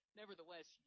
nevertheless